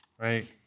right